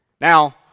Now